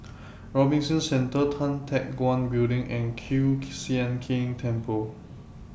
Robinson Centre Tan Teck Guan Building and Kiew Sian King Temple